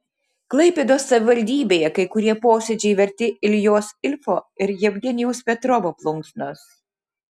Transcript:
klaipėdos savivaldybėje kai kurie posėdžiai verti iljos ilfo ir jevgenijaus petrovo plunksnos